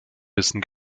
wissen